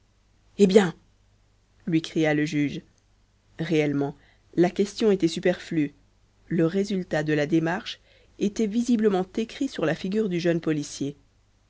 eh bien lui cria le juge réellement la question était superflue le résultat de la démarche était visiblement écrit sur la figure du jeune policier